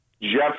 Jeff